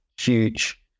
huge